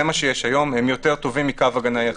מה שיש היום הם יותר טובים מקו הגנה יחיד.